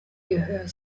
her